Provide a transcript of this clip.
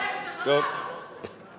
אתם, לחלק את השלל.